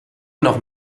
noch